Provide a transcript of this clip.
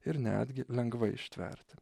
ir netgi lengvai ištverti